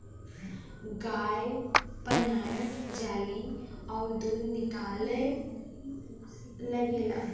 गाय पेनाहय जाली अउर दूध निकले लगेला